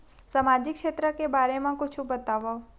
सामाजिक क्षेत्र के बारे मा कुछु बतावव?